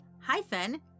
hyphen